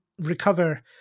recover